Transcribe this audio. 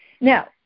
Now